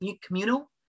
communal